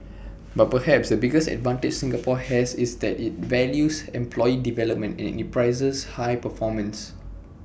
but perhaps the biggest advantage Singapore has is that IT values employee development and IT prizes high performance